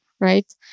right